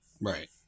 Right